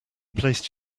placed